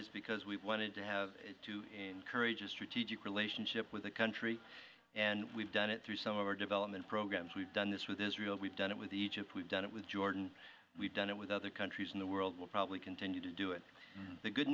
is because we wanted to have to encourage a strategic relationship with the country and we've done it through some of our development programs we've done this with israel we've done it with egypt we've done it with jordan we've done it with other countries in the world will probably continue to do it the good